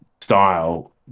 style